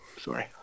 Sorry